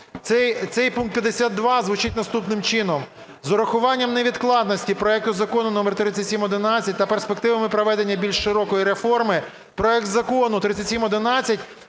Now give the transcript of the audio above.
Цей пункт 52 звучить наступним чином: "З урахуванням невідкладності проекту Закону № 3711 та перспективами проведення більш широкої реформи проект Закону 3711